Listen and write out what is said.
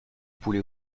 poulet